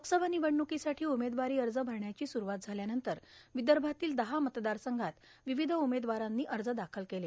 लोकसभा निवडणुकीसाठी उमेदवारी अर्ज भरण्याची सुरूवात झाल्यानंतर विदर्भातील दहा मतदारसंघात विविध उमेदवारांनी अर्ज दाखल केले